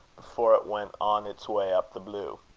before it went on its way up the blue.